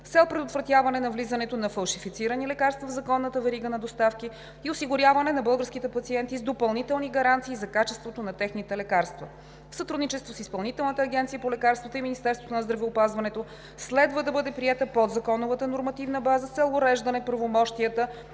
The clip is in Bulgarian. за предотвратяване навлизането на фалшифицирани лекарства в законната верига на доставки и осигуряване на българските пациенти с допълнителни гаранции за качеството на техните лекарства. В сътрудничество с Изпълнителната агенция по лекарствата и Министерството на здравеопазването следва да бъде приета подзаконовата нормативна база с цел уреждане правомощията